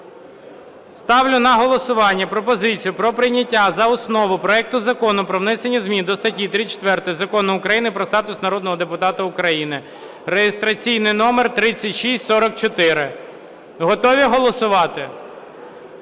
Ставлю на голосування пропозицію про прийняття за основу проекту Закону про внесення змін до статті 34 Закону України "Про статус народного депутата України" (реєстраційний номер 3644). Готові голосувати?